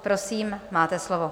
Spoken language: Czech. Prosím, máte slovo.